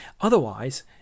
otherwise